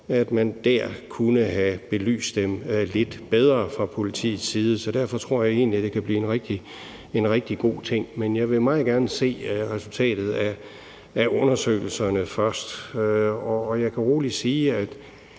forhold, kunne have belyst dem lidt bedre fra politiets side, så derfor tror jeg egentlig, at det kan blive en rigtig god ting, men jeg vil meget gerne se resultatet af undersøgelserne først. Jeg kan roligt sige, at